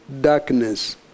darkness